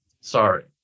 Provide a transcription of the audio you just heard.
sorry